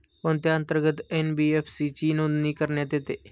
कोणत्या अंतर्गत एन.बी.एफ.सी ची नोंदणी करण्यात येते?